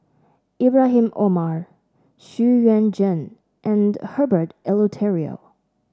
Ibrahim Omar Xu Yuan Zhen and Herbert Eleuterio